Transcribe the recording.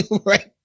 right